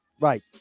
Right